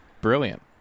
Brilliant